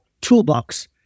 toolbox